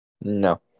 No